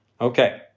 Okay